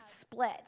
split